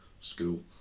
school